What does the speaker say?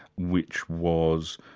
which was,